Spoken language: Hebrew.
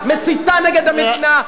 מסיתה נגד המדינה,